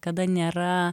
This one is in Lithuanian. kada nėra